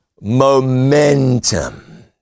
Momentum